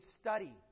study